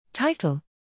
Title